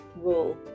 rule